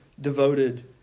devoted